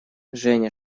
женя